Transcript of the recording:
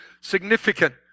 significant